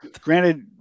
granted